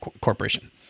corporation